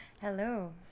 Hello